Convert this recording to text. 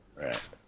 Right